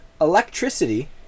electricity